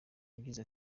yagize